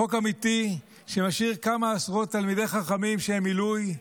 חוק אמיתי שמשאיר כמה עשרות תלמידי חכמים שהם עילוי,